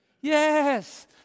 Yes